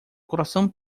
coração